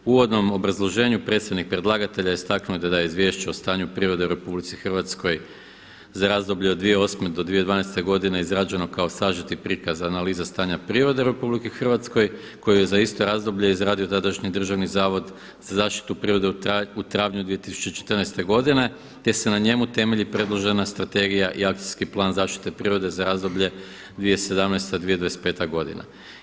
U uvodnom obrazloženju predsjednik predlagatelja istaknuo je da je Izvješće o stanju prirode u RH za razdoblje od 2008. do 2012. godine izrađeno kao sažeti prikaz analize stanja prirode u RH koju je za isto razdoblje izradio tadašnji Državni zavod za zaštitu prirode u travnju 2014. godine gdje se na njemu temelji predložena strategija i Akcijski plan zaštite prirode za razdoblje 2017.-2025. godina.